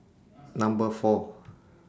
Number four